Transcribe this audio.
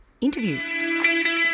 interview